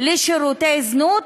לשירותי זנות,